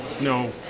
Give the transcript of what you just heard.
no